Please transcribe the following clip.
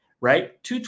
right